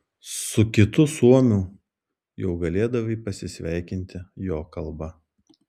su kitu suomiu jau galėdavai pasisveikinti jo kalba